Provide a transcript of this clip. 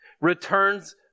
returns